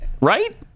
right